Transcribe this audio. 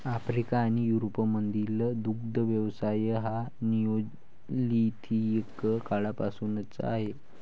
Africa आणि युरोपमधील दुग्ध व्यवसाय हा निओलिथिक काळापासूनचा आहे